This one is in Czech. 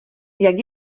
jak